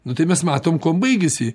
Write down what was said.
nu tai mes matom kuom baigėsi